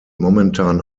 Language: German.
momentan